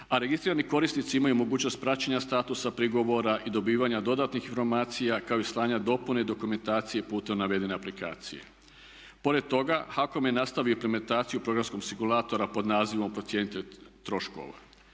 a registrirani korisnici imaju mogućnost praćenja statusa prigovora i dobivanja dodatnih informacija kao i slanja dopune i dokumentacije putem navedene aplikacije. Pored toga, HAKOM je nastavio implementaciju programskog sigulatora pod nazivom procjenitelj troškova.